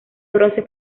bronce